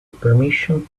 permission